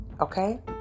okay